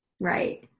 Right